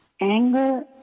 Anger